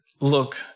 look